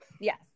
Yes